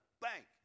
bank